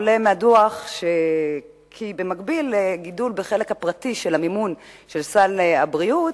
עולה מהדוח כי במקביל לגידול בחלק הפרטי של המימון של סל הבריאות,